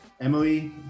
Emily